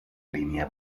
línea